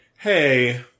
Hey